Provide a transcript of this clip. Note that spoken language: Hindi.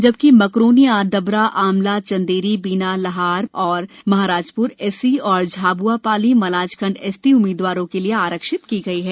जबकि मकरोनिया डबरा आमला चंदेरी बीना लहार व महाराजप्र एससी और झाब्आ पाली मलाजखंड एसटी उम्मीदवारों के लिए आरक्षित की गई हैं